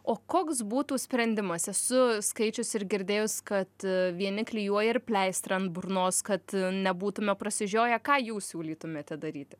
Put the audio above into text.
o koks būtų sprendimas esu skaičius ir girdėjus kad vieni klijuoja ir pleistrą ant burnos kad nebūtume prasižioję ką jūs siūlytumėte daryti